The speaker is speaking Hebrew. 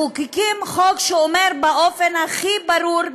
מחוקקים חוק שאומר באופן הכי ברור,